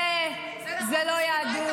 זה נכון,